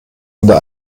unter